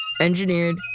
Engineered